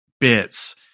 bits